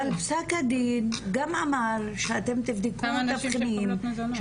אבל פסק הדין גם אמר שאתם תבדקו את תבחינים,